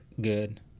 good